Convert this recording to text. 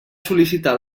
sol·licitar